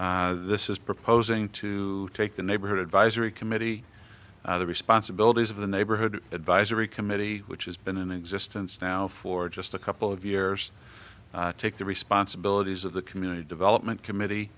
city this is proposing to take the neighborhood advisory committee the responsibilities of the neighborhood advisory committee which has been in existence now for just a couple of years take the responsibilities of the community development committee